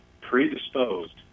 Predisposed